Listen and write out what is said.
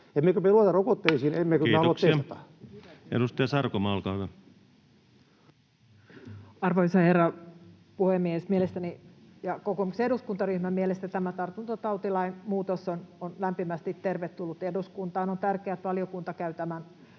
emmekö halua testata? Kiitoksia. — Edustaja Sarkomaa, olkaa hyvä. Arvoisa herra puhemies! Mielestäni ja kokoomuksen eduskuntaryhmän mielestä tämä tartuntatautilain muutos on lämpimästi tervetullut eduskuntaan. On tärkeää, että valiokunta käy tämän